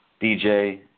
DJ